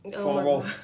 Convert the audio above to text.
formal